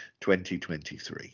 2023